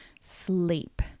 Sleep